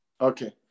okay